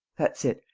that's it.